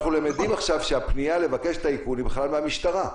אנחנו למדים עכשיו שהפנייה לבקש את האיכון היא בכלל מהמשטרה.